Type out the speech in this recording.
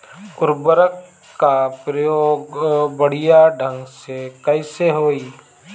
उर्वरक क प्रयोग बढ़िया ढंग से कईसे होई?